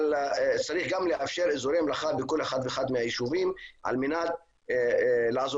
אבל צריך גם לאפשר אזורי מלאכה בכל אחד ואחד מהיישובים על מנת לעזור